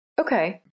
Okay